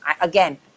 again